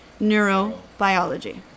neurobiology